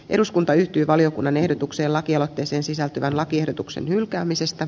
eduskunta yhtyi valiokunnan ehdotukseen lakialoitteeseen sisältyvän lakiehdotuksen hylkäämisestä